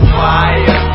fire